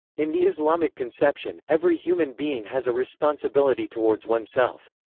in the islamic conception, every human being has a responsibility towards oneself.